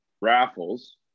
raffles